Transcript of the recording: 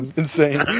insane